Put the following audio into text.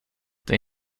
they